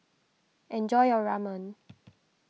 enjoy your Ramen